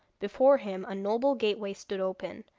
before him a noble gateway stood open.